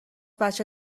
بچه